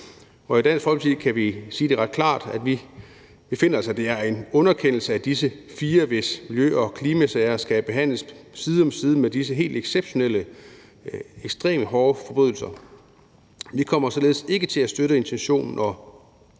I Dansk Folkeparti kan vi sige ret klart, at vi finder, det er en underkendelse af disse fire, hvis miljø- og klimasager skal behandles side om side med disse helt exceptionelle, ekstremt hårde forbrydelser. Vi kommer således ikke til at støtte intentionen, og jeg